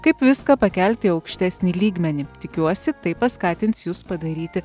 kaip viską pakelti į aukštesnį lygmenį tikiuosi tai paskatins jus padaryti